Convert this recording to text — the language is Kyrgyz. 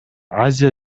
азия